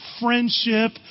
friendship